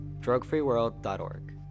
Drugfreeworld.org